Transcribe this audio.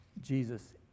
Jesus